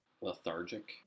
lethargic